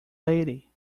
lady